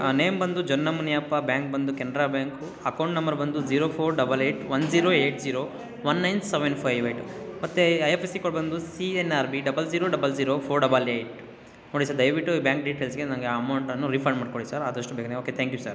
ಹಾಂ ನೇಮ್ ಬಂದು ಜನ್ನಮುನಿಯಪ್ಪ ಬ್ಯಾಂಕ್ ಬಂದು ಕೆನ್ರಾ ಬ್ಯಾಂಕು ಅಕೌಂಟ್ ನಂಬರ್ ಬಂದು zero four double eight one zero eight zero one nine seven five eight ಮತ್ತೆ I F S C code ಬಂದು C N R B double zero double zero four double eight ನೋಡಿ sir ದಯವಿಟ್ಟು ಈ bank ಡಿಟೇಲ್ಸ್ಗೆ ನನಗೆ ಆ ಅಮೌಂಟನ್ನು refund ಮಾಡಿಕೊಡಿ ಸರ್ ಆದಷ್ಟು ಬೇಗನೇ ಓಕೆ ತ್ಯಾಂಕ್ ಯು ಸರ್